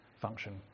function